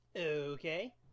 Okay